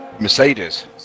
Mercedes